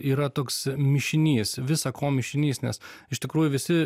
yra toks mišinys visa ko mišinys nes iš tikrųjų visi